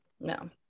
No